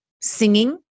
singing